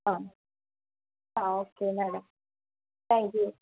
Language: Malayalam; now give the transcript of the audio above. അ ആ ഓക്കെ മാഡം താങ്ക് യൂ